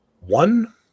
one